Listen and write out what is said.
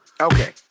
Okay